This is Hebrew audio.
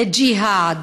לג'יהאד,